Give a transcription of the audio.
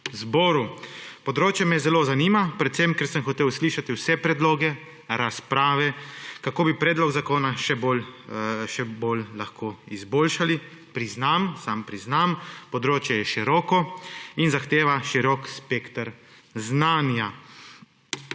zboru. Področje me zelo zanima, predvsem ker sem hotel slišati vse predloge, razprave, kako bi predlog zakona lahko še izboljšali. Sam priznam, področje je široko in zahteva širok spekter znanja.